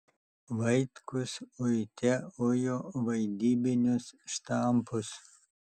vaitkus uite ujo vaidybinius štampus